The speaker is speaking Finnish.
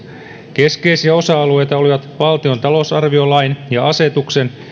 keskeisiä osa alueita olivat valtion talousarviolain ja asetuksen